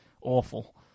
awful